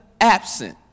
absent